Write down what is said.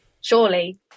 Surely